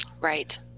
Right